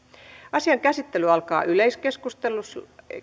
asian käsittely alkaa yleiskeskustelulla